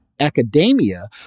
academia